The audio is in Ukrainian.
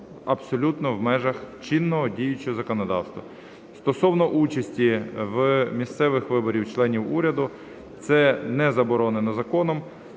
абсолютно в межах чинного, діючого законодавства. Стосовно участі в місцевих виборах членів уряду. Це не заборонено законом,